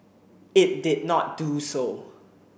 it did not do so